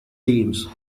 themes